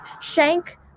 shank